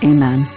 Amen